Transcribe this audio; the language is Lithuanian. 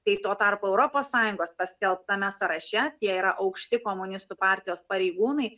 kai tuo tarpu europos sąjungos paskelbtame sąraše tai yra aukšti komunistų partijos pareigūnai